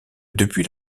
depuis